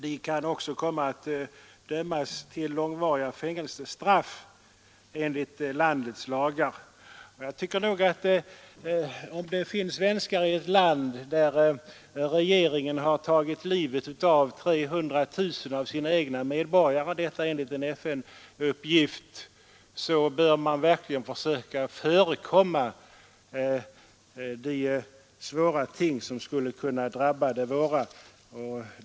De kan också komma att dömas till långvariga fängelsestraff enligt landets lagar.” Jag tycker verkligen att det finns anledning att i en situation med hotade svenskar i ett land, vars regering enligt en FN-uppgift har tagit livet av 300 000 av sina egna medborgare, försöka förekomma de svårigheter som skulle kunna drabba de våra.